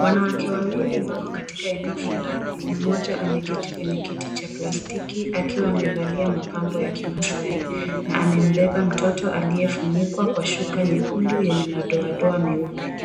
Wanawake wawili wako katika eneo fulani. Mmoja ameketi kwenye kiti cha plastiki akiwa amevalia mapambo ya kimaasai na emembeba mtoto aliyefunikwa na shuka nyekundu yenye madoadoa meupe.